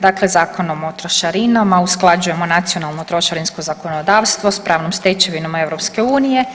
Dakle, Zakonom o trošarinama usklađujemo nacionalno trošarinsko zakonodavstvo s pravnom stečevinom EU.